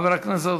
חבר הכנסת